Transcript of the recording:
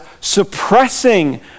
suppressing